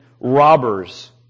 robbers